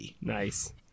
Nice